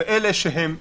אדוני היושב-ראש כוללים,